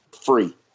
free